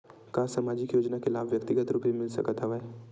का सामाजिक योजना के लाभ व्यक्तिगत रूप ले मिल सकत हवय?